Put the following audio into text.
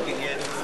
ראש אגף השיקום),